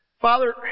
Father